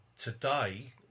today